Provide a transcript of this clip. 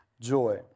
joy